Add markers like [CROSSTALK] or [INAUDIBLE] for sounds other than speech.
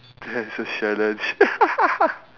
that's a challenge [LAUGHS]